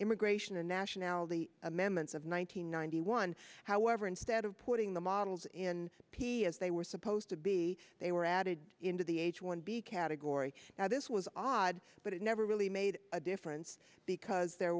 immigration and nationality amendments of one thousand nine hundred one however instead of putting the models in p as they were supposed to be they were added into the h one b category now this was odd but it never really made a difference because there